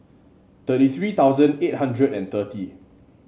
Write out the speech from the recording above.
thirty three thousand eight hundred and thirty